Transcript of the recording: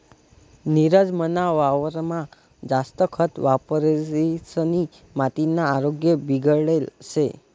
नीरज मना वावरमा जास्त खत वापरिसनी मातीना आरोग्य बिगडेल शे